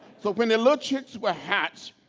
so when the little chicks would hatch,